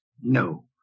No